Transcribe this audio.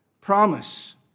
promise